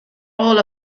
all